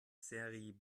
seri